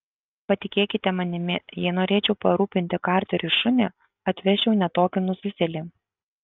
patikėkite manimi jei norėčiau parūpinti karteriui šunį atvesčiau ne tokį nususėlį